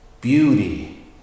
Beauty